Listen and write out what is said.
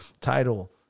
title